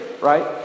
Right